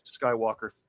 Skywalker